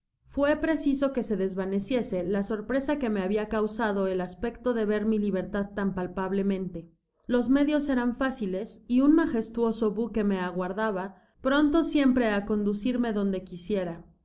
fue preciso que se desvaneciese la sorpresa que me habia causado el aspecto de ver mi libertad tan palpablemente los medios eran fáciles y un magestuoso buque me aguardaba pronto siempre á conducirme donde quisiera